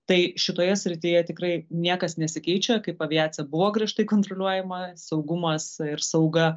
tai šitoje srityje tikrai niekas nesikeičia kaip aviacija buvo griežtai kontroliuojama saugumas ir sauga